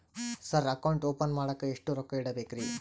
Sir account open ಮಾಡಾಕ ಎಷ್ಟು ರೊಕ್ಕ ಇಡಬೇಕ್ರಿ?